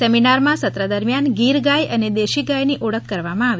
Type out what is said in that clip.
સેમિનારમાં સત્ર દરમિયાન ગીર ગાય અને દેશી ગાય ની ઓળખ કરવામાં આવી